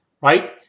right